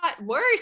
worse